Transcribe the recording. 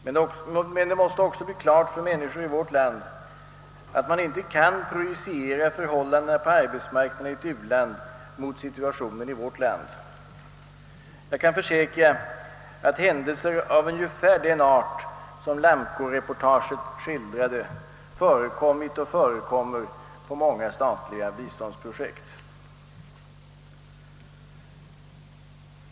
Men det måste också bli klart för människorna i vårt land att man inte kan projiciera förhållandena på arbetsmarknaden i ett u-land mot situationen i vårt land. Jag kan försäkra att händelser av ungefär den art, som Lamco-reportaget skildrade, förekommit och förekommer inom många statliga biståndsprojekt.